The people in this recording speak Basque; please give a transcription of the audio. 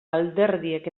alderdiek